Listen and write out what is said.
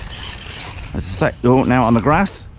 say oh now on the grass